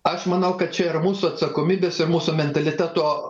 aš manau kad čia yra mūsų atsakomybės ir mūsų mentaliteto